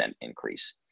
increase